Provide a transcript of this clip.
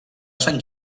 sant